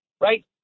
right